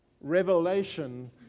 revelation